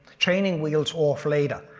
training wheels off later.